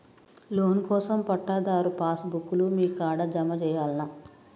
Loan కోసం పట్టాదారు pass book లు మీ కాడా జమ చేయల్నా?